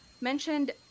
mentioned